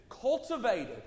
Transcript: cultivated